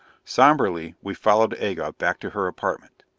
somberly we followed aga back to her apartment.